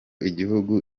igihugu